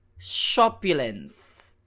Shopulence